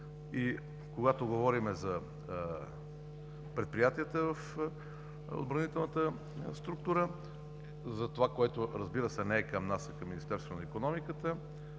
И когато говорим за предприятията в отбранителната структура, за това, което, разбира се, не е към нас, а към Министерството на икономиката,